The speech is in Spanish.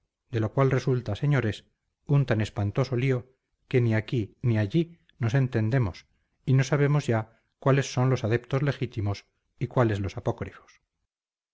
de lo cual resulta señores un tan espantoso lío que ni aquí ni allí nos entendemos y no sabemos ya cuáles son los adeptos legítimos y cuáles los